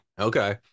Okay